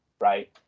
right